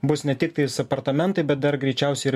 bus ne tik tais apartamentai bet dar greičiausiai ir